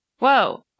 Whoa